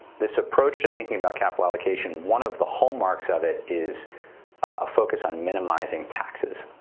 this approach to thinking about capital allocation, one of the hallmarks of it is a focus on minimizing taxes.